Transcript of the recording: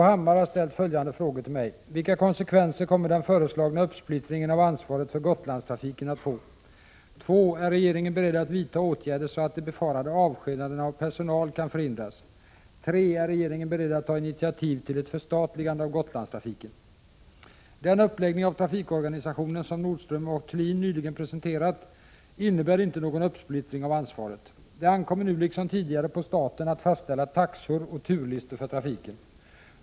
Herr talman! Bo Hammar har ställt följande frågor till mig: 2. Ärregeringen beredd att vidta åtgärder så att de befarade avskedandena av personal kan förhindras? 3. Ärregeringen beredd att ta initiativ till ett förstatligande av Gotlandstrafiken? Den uppläggning av trafikorganisationen som Nordström & Thulin nyligen presenterat innebär inte någon uppsplittring av ansvaret. Det ankommer nu liksom tidigare på staten att fastställa taxor och turlistor för trafiken.